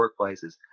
workplaces